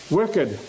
wicked